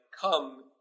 come